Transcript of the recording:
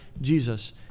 Jesus